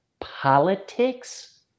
politics